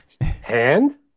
Hand